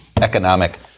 economic